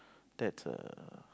that's a